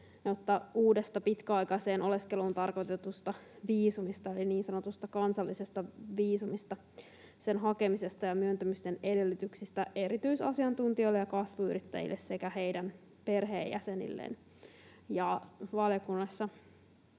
uudesta pitkäaikaiseen oleskeluun tarkoitetusta viisumista eli niin sanotusta kansallisesta viisumista, sen hakemisesta ja myöntämisen edellytyksistä erityisasiantuntijoille ja kasvuyrittäjille sekä heidän perheenjäsenilleen. Valiokunnassa